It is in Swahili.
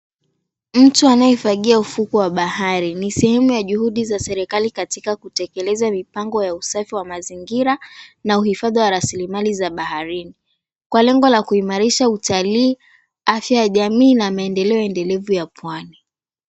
Mtu anayefagia ufuko wa bahari. Ni sehemu ya juhudi za serikali katika kutekeleza mipango ya usafi wa mazingira, na uhifadhi wa rasilimali za baharini. Kwa lengo la kuimarisha utalii, afya ya jamii na maendeleo endelevu ya pwani.